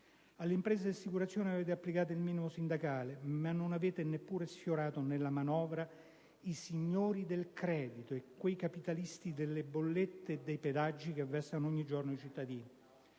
Alle imprese di assicurazione avete applicato il minimo sindacale, ma non avete neppure sfiorato nella manovra i signori del credito e quei capitalisti delle bollette e dei pedaggi che vessano ogni giorno i cittadini.